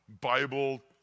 Bible